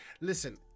Listen